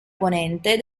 ponente